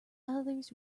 others